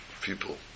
people